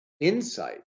insight